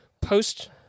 post